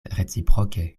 reciproke